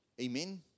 Amen